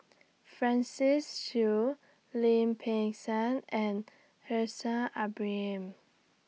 Francis Seow Lim Peng Siang and Haslir Bin Ibrahim